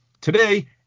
Today